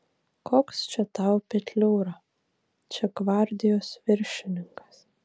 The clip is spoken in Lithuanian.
koks čia tau petliūra čia gvardijos viršininkas